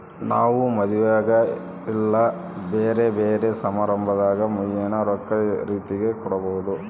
ನಾವು ಮದುವೆಗ ಇಲ್ಲ ಬ್ಯೆರೆ ಬ್ಯೆರೆ ಸಮಾರಂಭದಾಗ ಮುಯ್ಯಿನ ರೊಕ್ಕ ರೀತೆಗ ಕೊಡಬೊದು